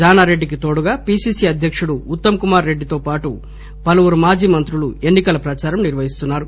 జానారెడ్డికి తోడుగా పీసీసీ అధ్యకుడు ఉత్తమ్ కుమార్ రెడ్డి తో పాటు పలువురు మాజీమంత్రులు ఎన్ని కల ప్రదారం నిర్వహిస్తున్నారు